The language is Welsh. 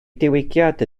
diwygiad